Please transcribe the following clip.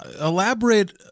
elaborate